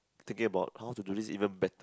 thinking about how to do this even better